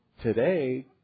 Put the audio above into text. today